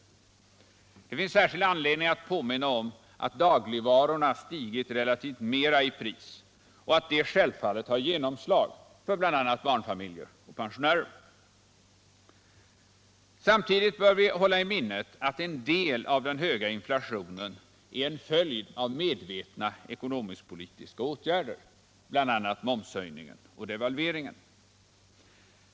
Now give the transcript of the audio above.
Det finns särskild anledning att påminna om att dagligvarorna stigit relativt mera i pris och att detta självfallet har genomslag för bl.a. barnfamiljer och pensionärer. Samtidigt bör vi hålla i minnet att en del av den höga inflationen är en följd av medvetna ekonomisk-politiska åtgärder, bl.a. momshöjningen och delvalveringen.